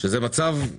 זה מצב של